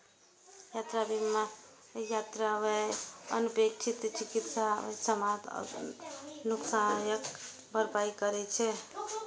यात्रा बीमा यात्रा व्यय, अनपेक्षित चिकित्सा व्यय, सामान नुकसानक भरपाई करै छै